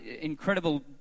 incredible